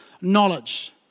knowledge